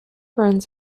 runs